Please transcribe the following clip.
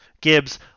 Gibbs